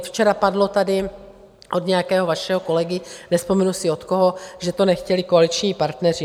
Včera padlo tady od nějakého vašeho kolegy, nevzpomenu si od koho, že to nechtěli koaliční partneři.